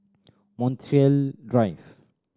Montreal Drive